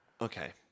Okay